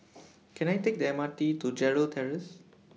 Can I Take The M R T to Gerald Terrace